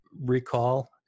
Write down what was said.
recall